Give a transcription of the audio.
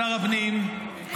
שר הפנים,